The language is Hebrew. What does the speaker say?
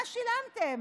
מה שילמתם?